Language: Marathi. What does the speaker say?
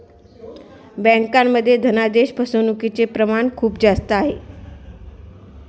बँकांमध्ये धनादेश फसवणूकचे प्रमाण खूप जास्त आहे